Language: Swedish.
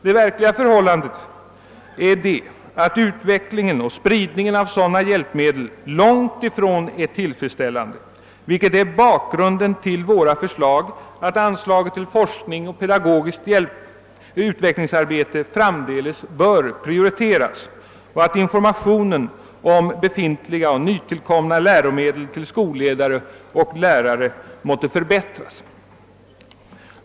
Det verkliga förhållandet är att utvecklingen och spridningen av sådana hjälpmedel långtifrån är tillfredsställande, vilket utgör bakgrunden till våra förslag att anslaget till forskning och pedagogiskt utvecklingsarbete framdeles skall prioriteras och att informationen om befintliga och nytillkomna läromedel till skolledare och lärare skall förbättras.